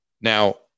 Now